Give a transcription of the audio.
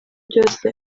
byose